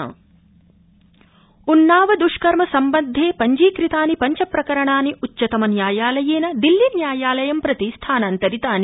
उन्नावे दष्कर्म प्रकरणम् उन्नाव दृष्कर्म सम्बद्धे पञ्जीकृतानि पञ्च प्रकरणानि उच्चतम न्यायालयेन दिल्लीन्यायालयं प्रति स्थानान्तरितानि